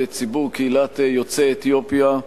ציבור קהילת יוצאי אתיופיה,